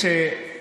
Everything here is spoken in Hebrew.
תוך שישה ימים.